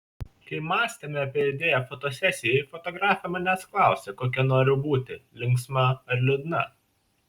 kai mąstėme apie idėją fotosesijai fotografė manęs klausė kokia noriu būti linksma ar liūdna